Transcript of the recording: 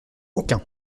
aucun